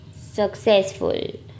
successful